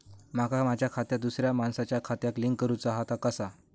माका माझा खाता दुसऱ्या मानसाच्या खात्याक लिंक करूचा हा ता कसा?